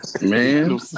Man